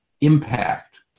impact